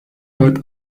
dört